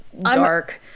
dark